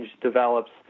develops